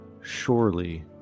surely